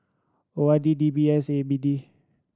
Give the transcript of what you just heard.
O R D D B S A P D